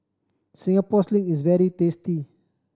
Singapore Sling is very tasty